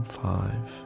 five